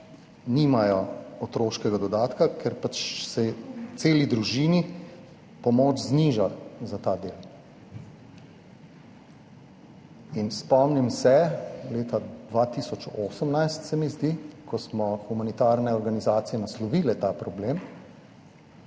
nimajo otroškega dodatka, ker se celi družini pomoč zniža za ta del. Spomnim se leta 2018, se mi zdi, ko smo humanitarne organizacije naslovile ta problem,